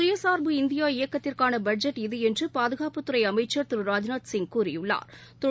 சுயசா்பு India இயக்கத்திற்காள budget இது என்று பாதுகாப்புத்துறை அமைச்ச் திரு ராஜ்நாத்சிங் கூறியுள்ளா்